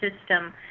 system